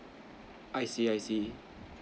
I see I see